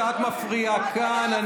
כמו שאת מפריעה כאן,